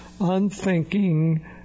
unthinking